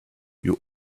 you